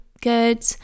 good